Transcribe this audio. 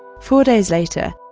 four days later,